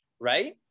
right